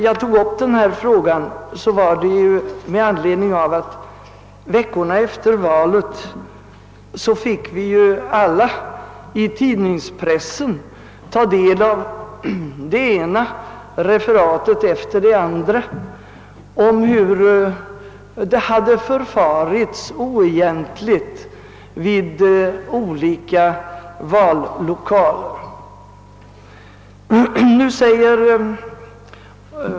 Jag tog upp denna fråga med anledning av att vi veckorna efter valet i tidningspressen fick ta del av det ena referatet efter det andra om hur det hade förfarits oegentligt i olika vallokaler.